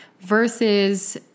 versus